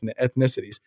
ethnicities